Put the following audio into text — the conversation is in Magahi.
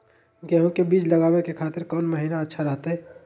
गेहूं के बीज लगावे के खातिर कौन महीना अच्छा रहतय?